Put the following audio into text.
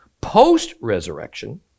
Post-resurrection